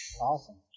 Awesome